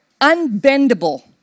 unbendable